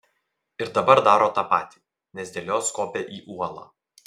ir dabar daro tą patį nes dėl jos kopia į uolą